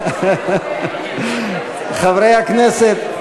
חברי הכנסת,